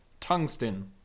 Tungsten